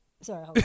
sorry